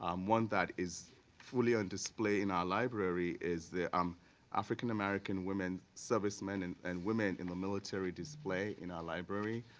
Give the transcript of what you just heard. um one that is fully on display in our library is the um african-american women servicemen and and women in the military display in the library.